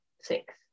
six